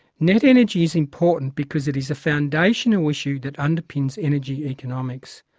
net-energy is important because it is a foundational issue that underpins energy economics.